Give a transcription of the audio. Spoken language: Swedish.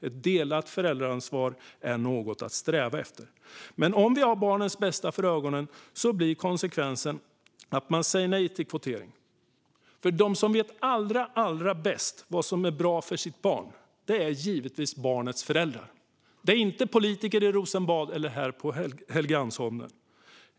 Ett delat föräldraansvar är något att sträva efter. Men om vi har barnens bästa för ögonen blir konsekvensen att man säger nej till kvotering. De som vet allra bäst vad som är bra för sitt barn är givetvis barnets föräldrar. Det är inte politiker i Rosenbad eller här på Helgeandsholmen.